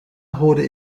hoorde